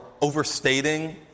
overstating